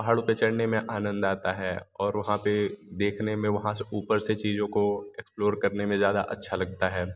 पहाड़ों पे चढ़ने में आनंद आता है और वहाँ पे देखने में वहाँ से ऊपर से चीज़ों को एक्स्प्लोर करने में ज़्यादा अच्छा लगता है